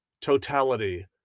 totality